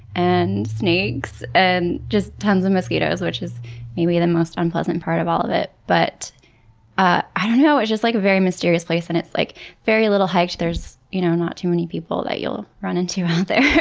and snakes, and just tons of mosquitos which is maybe the most unpleasant part of all of it. but ah i don't know, it's just like a very mysterious place and it's like very little-hiked there's, you know, not too many people that you'll run into out there.